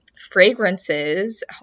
fragrances